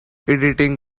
editing